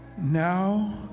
now